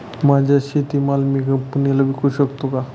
माझा शेतीमाल मी कंपनीला विकू शकतो का?